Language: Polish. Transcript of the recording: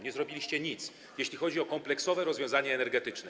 Nie zrobiliście nic, jeśli chodzi o kompleksowe rozwiązanie energetyczne.